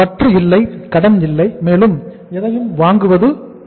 பற்று இல்லை கடன் இல்லை மேலும் எதையும் வாங்குவதும் இல்லை